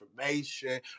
information